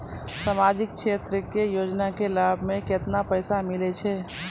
समाजिक क्षेत्र के योजना के लाभ मे केतना पैसा मिलै छै?